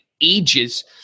ages